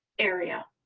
area.